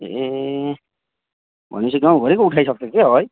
ए भने पछि गाउँभरीको उठाइसक्छ क्या हो है